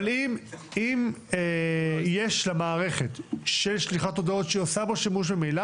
אבל אם יש לעירייה מערכת של שליחת הודעות שממילא היא עושה בו שימוש,